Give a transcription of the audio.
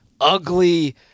ugly